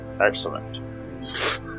Excellent